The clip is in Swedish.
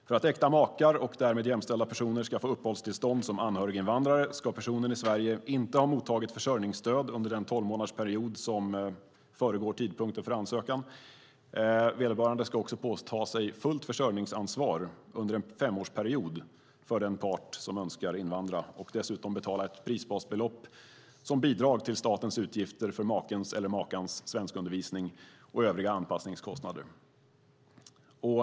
För att äkta makar och därmed jämställda personer ska få uppehållstillstånd som anhöriginvandrare ska de i Sverige inte ha mottagit försörjningsstöd under den tolvmånadersperiod som föregår tidpunkten för ansökan. De ska också påta sig fullt försörjningsansvar under en femårsperiod för den part som önskar invandra och dessutom betala ett prisbasbelopp som bidrag till statens utgifter för makens eller makans svenskundervisning och till övriga anpassningskostnader.